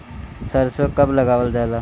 सरसो कब लगावल जाला?